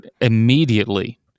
immediately